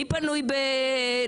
מי פנוי לדון